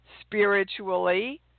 spiritually